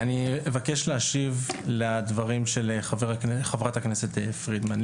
אני אבקש להשיב לדברים של חברת הכנסת פרידמן.